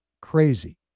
crazy